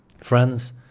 Friends